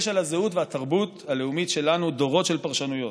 יש על הזהות והתרבות הלאומית שלנו דורות של פרשנויות,